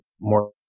more